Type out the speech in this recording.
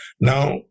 Now